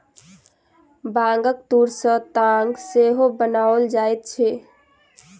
बांगक तूर सॅ ताग सेहो बनाओल जाइत अछि